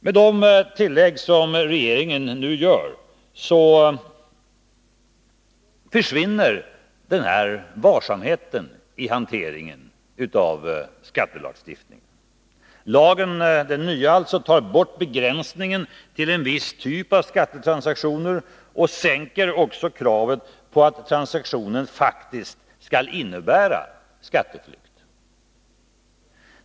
Med de tillägg som regeringen nu gör försvinner den här varsamheten i hanteringen av skattelagstiftningen. Den nya lagen tar bort begränsningen till en viss typ av skattetransaktioner och sänker också kravet på att transaktionen faktiskt skall innebära skatteflykt.